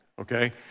okay